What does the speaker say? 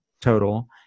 total